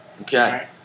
Okay